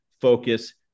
focus